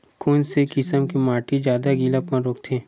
कोन से किसम के माटी ज्यादा गीलापन रोकथे?